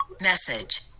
Message